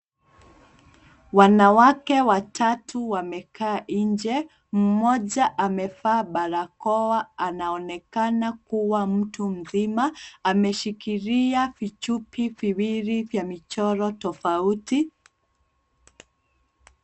Wanawake watatu wamekaa nje. Mmoja amevaa barakoa. Anaonekana kuwa mtu mzima. Ameshikilia vichupi viwili vya michoro tofauti.